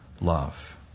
love